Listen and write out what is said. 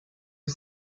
was